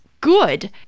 good